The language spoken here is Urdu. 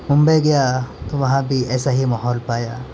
ممبئی گیا تو وہاں بھی ایسا ہی ماحول پایا